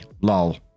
lol